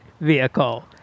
vehicle